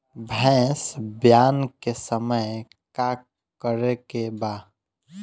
भैंस ब्यान के समय का करेके बा?